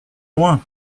loin